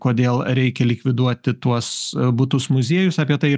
kodėl reikia likviduoti tuos butus muziejus apie tai